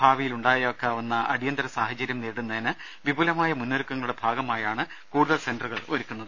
ഭാവിയിൽ ഉണ്ടായേക്കാവുന്ന അടിയന്തര സാഹചര്യം നേരിടുന്നതിന് വിപുലമായ മുന്നൊരുക്കങ്ങളുടെ ഭാഗമായാണ് കൂടുതൽ സെന്ററുകൾ ഒരുക്കുന്നത്